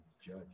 judge